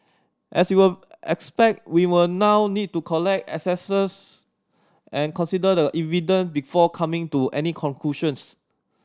as you will expect we will now need to collect assesses and consider the evidence before coming to any conclusions